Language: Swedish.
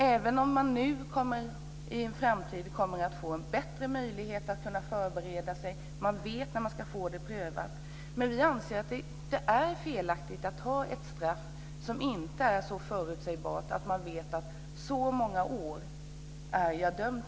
Även om den dömde i en framtid kommer att få en bättre möjlighet att kunna förbereda sig och veta när straffet ska kunna prövas, så anser vi att det är fel att ha ett straff som inte är förutsägbart, att den dömde inte vet till hur många års fängelse som han eller hon är dömd.